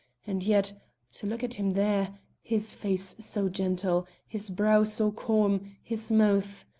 and yet to look at him there his face so gentle, his brow so calm, his mouth